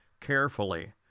carefully